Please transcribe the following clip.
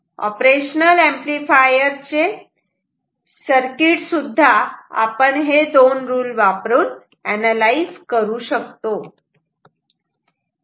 operational amplifier चे circuit सुद्धा आपण हे दोन रूल वापरून अनालाइज करू शकतो